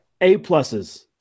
A-pluses